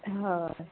হয়